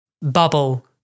bubble